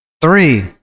Three